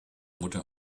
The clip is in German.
mutter